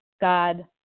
God